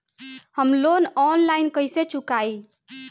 हम loan online कइसे चुकाई?